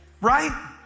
Right